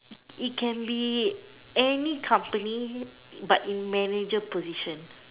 it can be any company but in manager position